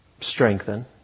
strengthen